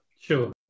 Sure